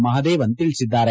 ಮಹದೇವನ್ ತಿಳಿಸಿದ್ದಾರೆ